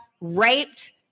raped